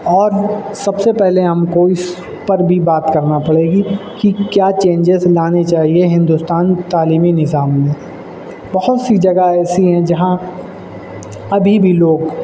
اور سب سے پہلے ہم کو اس پر بھی بات کرنا پڑے گی کہ کیا چینجیز لانے چاہیے ہندوستان کے تعلیمی نظام میں بہت سی جگہ ایسی ہیں جہاں ابھی بھی لوگ